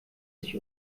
sich